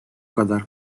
kadar